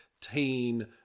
teen